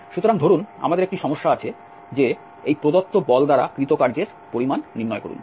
সুতরাং ধরুন আমাদের একটি সমস্যা আছে যে এই প্রদত্ত বল দ্বারা কৃতকার্যের পরিমাণ নির্ণয় করুন